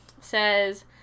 says